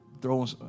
throwing